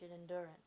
endurance